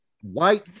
white